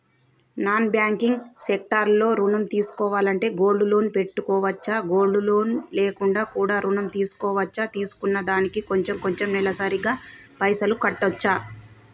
Non banking sector లో ఋణం తీసుకోవాలంటే గోల్డ్ లోన్ పెట్టుకోవచ్చా? గోల్డ్ లోన్ లేకుండా కూడా ఋణం తీసుకోవచ్చా? తీసుకున్న దానికి కొంచెం కొంచెం నెలసరి గా పైసలు కట్టొచ్చా?